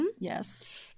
Yes